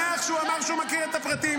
אני שמח שהוא אמר שהוא מכיר את הפרטים,